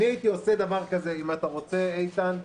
איתן,